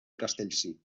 castellcir